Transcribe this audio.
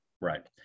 Right